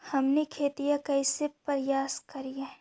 हमनी खेतीया कइसे परियास करियय?